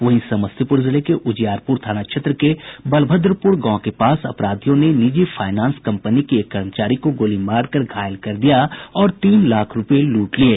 वहीं समस्तीपुर जिले के उजियारपुर थाना क्षेत्र के बलभद्रपुर गाँव के पास अपराधियों ने निजी फायनांस कम्पनी के एक कर्मचारी को गोली मारकर घायल कर दिया और तीन लाख रूपये लूट लिये